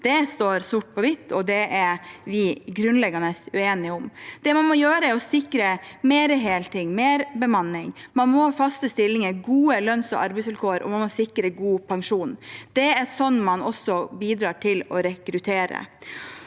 Det står sort på hvitt, og det er vi grunnleggende uenige om. Det man må gjøre, er å sikre mer heltid, mer bemanning, man må ha faste stillinger og gode lønns- og arbeidsvilkår, og man må sikre god pensjon. Det er også sånn man bidrar til å rekruttere.